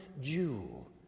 jewel